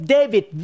David